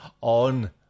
on